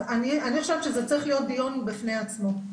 אני חושבת שזה צריך להיות דיון בפני עצמו.